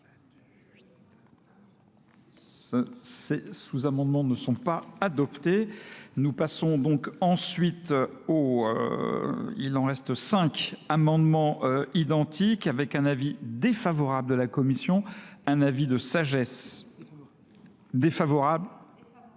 Ces sous-amendements ne sont pas adoptés. Nous passons donc ensuite aux, il en reste cinq, amendements identiques avec un avis défavorable de la Commission, un avis de sagesse défavorable